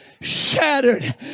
shattered